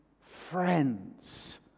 friends